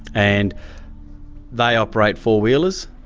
and they operate four-wheelers.